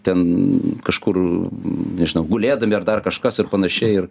ten kažkur nežinau gulėdami ar dar kažkas ir panašiai ir